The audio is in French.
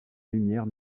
lumière